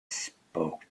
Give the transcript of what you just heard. spoke